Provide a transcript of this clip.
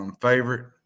favorite